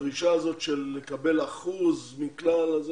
הדרישה הזאת של לקבל אחוז מכלל היא